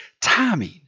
timing